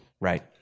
Right